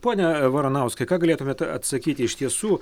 pone varanauskai ką galėtumėte atsakyti iš tiesų